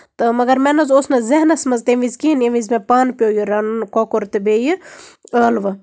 تہٕ مَگر مےٚ نہ حظ اوس نہٕ ذہنَس منٛز تَمہِ وِزِ کِہینۍ ییٚمہِ وِزِ مےٚ پانہٕ پیوٚو رَنُن یہِ کۄکُر تہٕ بیٚیہِ ٲلوٕ